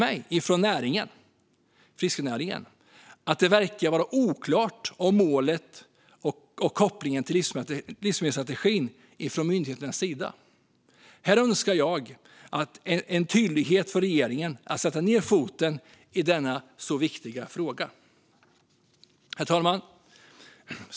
Jag har fått veta av fiskenäringen att det verkar råda oklarhet om målet och kopplingen till livsmedelsstrategin från myndigheternas sida. Här önskar jag en tydlighet från regeringen och att den sätter ned foten i denna viktiga fråga. Herr talman!